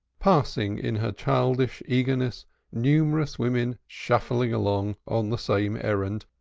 passing in her childish eagerness numerous women shuffling along on the same errand,